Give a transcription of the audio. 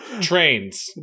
Trains